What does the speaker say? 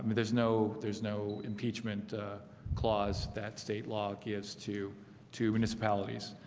there's no there's no impeachment clause that state law gives to to municipalities.